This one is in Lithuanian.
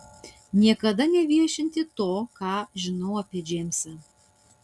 niekada neviešinti to ką žinau apie džeimsą